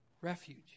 refuge